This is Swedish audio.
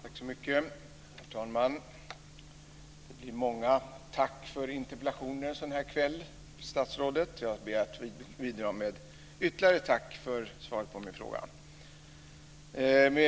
Herr talman! Det blir många tack för interpellationer till statsrådet en sådan här kväll. Jag ber att få bidra med ytterligare ett tack för svaret på min interpellation.